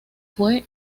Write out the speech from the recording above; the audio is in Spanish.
fue